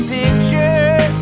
picture